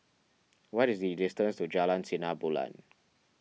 what is the distance to Jalan Sinar Bulan